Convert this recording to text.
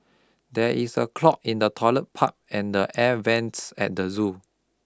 there is a clog in the toilet pipe and the air vents at the zoo